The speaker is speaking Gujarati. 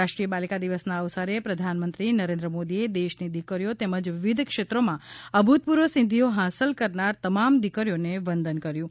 રાષ્ટ્રીય બાલિકા દિવસના અવસરે પ્રધાનમંત્રી નરેન્દ્ર મોદીએ દેશની દીકરીઓ તેમજ વિવિધ ક્ષેત્રોમાં અભૂતપૂર્વ સિદ્ધિઓ હાંસલ કરનાર તમામ દીકરીઓને વંદન કર્યું છે